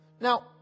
Now